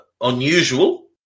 unusual